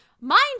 mind